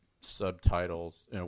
subtitles